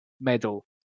medal